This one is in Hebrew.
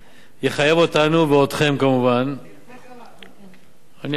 יחייב אותנו ואתכם כמובן, איך זה קרה, אדוני?